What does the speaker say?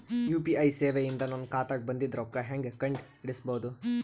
UPI ಸೇವೆ ಇಂದ ನನ್ನ ಖಾತಾಗ ಬಂದಿದ್ದ ರೊಕ್ಕ ಹೆಂಗ್ ಕಂಡ ಹಿಡಿಸಬಹುದು?